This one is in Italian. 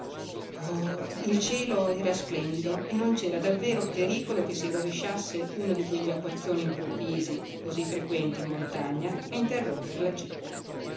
il cielo era splendido e non c'era davvero pericolo che si rovesciasse uno di quegli acquazzoni improvvisi così frequenti in montagna a interromper la gita